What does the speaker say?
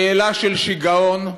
שאלה של שיגעון.